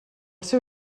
seu